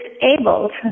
disabled